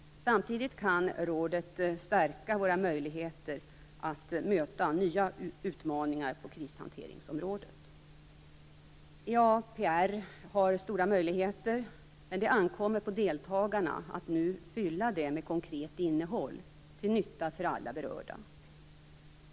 Samtidigt kan rådet stärka våra möjligheter att möta nya utmaningar på krishanteringsområdet. EAPR har stora möjligheter, men det ankommer på deltagarna att nu fylla det med konkret innehåll, till nytta för alla berörda.